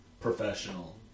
Professional